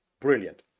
Brilliant